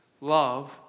love